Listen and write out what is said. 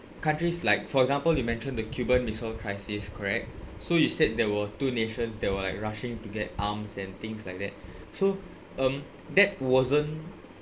countries like for example you mentioned the cuban missile crisis correct so you said there were two nations that were like rushing to get arms and things like that so um that wasn't